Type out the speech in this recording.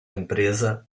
empresa